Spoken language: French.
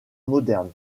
moderne